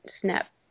snap